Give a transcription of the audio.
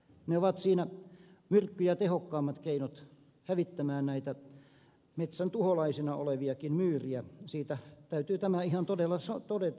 ne ovat siinä myrkkyjä tehokkaampia keinoja hävittämään näitä metsän tuholaisinakin olevia myyriä täytyy tämä ihan todeta ja sanoa